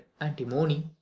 antimony